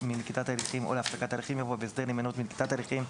מנקיטת הליכים או להפסקת הליכים" יבוא "בהסדר להימנעות מנקיטת הליכים,